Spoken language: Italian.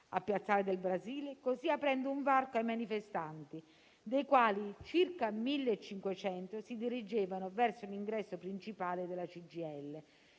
a Piazzale del Brasile, così aprendo un varco ai manifestanti, dei quali circa 1.500 si dirigevano verso l'ingresso principale della CGIL,